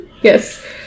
Yes